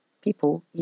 People